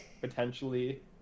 potentially